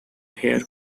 hair